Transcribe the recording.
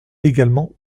également